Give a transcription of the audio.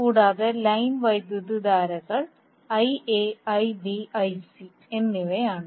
കൂടാതെ ലൈൻ വൈദ്യുതധാരകൾ Ia Ib Ic എന്നിവയാണ്